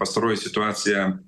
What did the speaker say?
pastaroji situacija